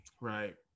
Right